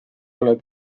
oled